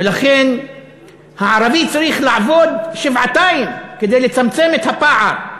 ולכן הערבי צריך לעבוד שבעתיים כדי לצמצם את הפער,